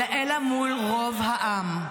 אלא מול רוב העם.